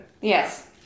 Yes